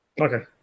Okay